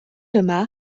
yma